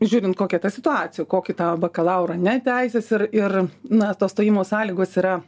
žiūrint kokia ta situacija kokį tą bakalaurą ne teisės ir ir na tos stojimo sąlygos yra